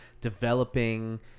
developing